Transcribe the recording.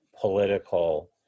political